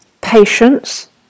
patience